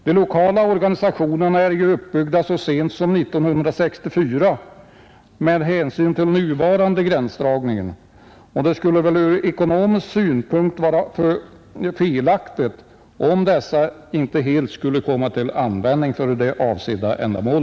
De lokala organisationerna är ju uppbyggda så sent som 1964 med hänsyn till den nuvarande gränsdragningen, och det skulle väl från ekonomisk synpunkt vara felaktigt om dessa inte helt skulle komma till användning för avsett ändamål.